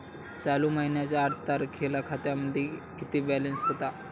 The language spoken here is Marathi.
चालू महिन्याच्या आठ तारखेला खात्यामध्ये किती बॅलन्स होता?